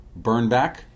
Burnback